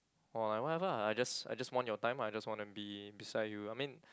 or like whatever lah I just I just want your time lah I just wanna be beside you I mean